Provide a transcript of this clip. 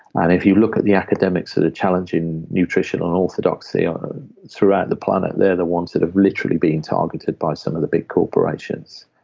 and if you look at the academics that are challenging nutritional and orthodoxy um throughout the planet, they're the ones that have literally been targeted by some of the big corporations.